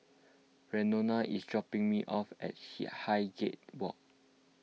Reno is dropping me off at Highgate Walk